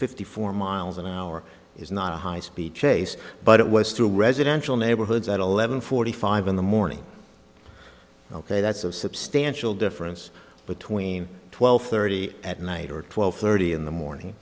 fifty four miles an hour is not a high speed chase but it was through residential neighborhoods at eleven forty five in the morning ok that's a substantial difference between twelve thirty at night or twelve thirty in the morning